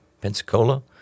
Pensacola